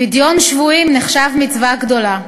פדיון שבויים נחשב מצווה גדולה,